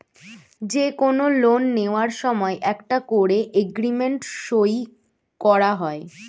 যে কোনো লোন নেয়ার সময় একটা করে এগ্রিমেন্ট সই করা হয়